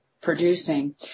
Producing